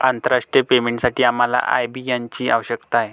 आंतरराष्ट्रीय पेमेंटसाठी आम्हाला आय.बी.एन ची आवश्यकता आहे